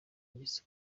ngeso